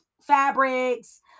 fabrics